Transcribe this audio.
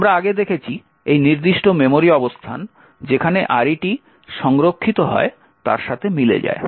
আমরা আগে দেখেছি এই নির্দিষ্ট মেমরি অবস্থান যেখানে RET সংরক্ষিত হয় তার সাথে মিলে যায়